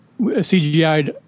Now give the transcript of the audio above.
CGI'd